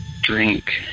drink